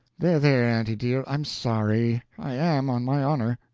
there, there, aunty dear, i'm sorry i am, on my honor.